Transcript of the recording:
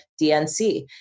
DNC